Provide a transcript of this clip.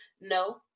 No